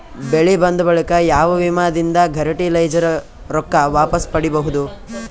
ಬೆಳಿ ಬಂದ ಬಳಿಕ ಯಾವ ವಿಮಾ ದಿಂದ ಫರಟಿಲೈಜರ ರೊಕ್ಕ ವಾಪಸ್ ಪಡಿಬಹುದು?